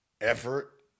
effort